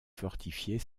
fortifier